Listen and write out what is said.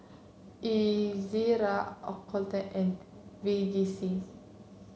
Ezerra Ocuvite and Vagisil